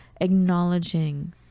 acknowledging